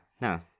no